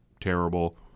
terrible